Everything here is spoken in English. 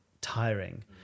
tiring